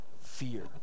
fear